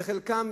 על חלקם.